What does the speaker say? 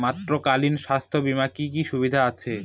মাতৃত্বকালীন স্বাস্থ্য বীমার কি কি সুবিধে আছে?